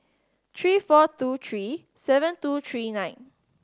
three four two three seven two three nine